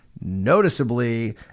noticeably